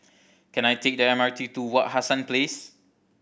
can I take the M R T to Wak Hassan Place